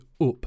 up